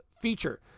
feature